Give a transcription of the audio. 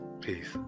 peace